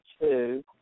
two